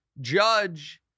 Judge